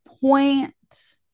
point